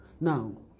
Now